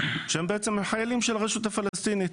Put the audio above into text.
שהם חיילים של הרשות הפלסטינית.